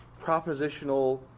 propositional